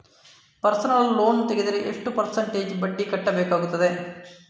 Personal loan ತೆಗೆದರೆ ಎಷ್ಟು percentage ಬಡ್ಡಿ ಕಟ್ಟಬೇಕಾಗುತ್ತದೆ?